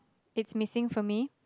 it's missing for me